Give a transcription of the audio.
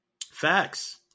facts